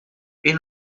این